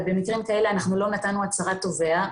ובמקרים כאלה לא נתנו הצהרת תובע,